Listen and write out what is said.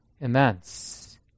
immense